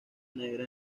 negra